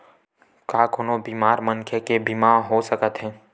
का कोनो बीमार मनखे के बीमा हो सकत हे?